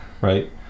right